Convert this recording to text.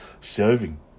serving